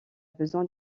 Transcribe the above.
besoin